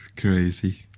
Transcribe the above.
Crazy